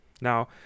Now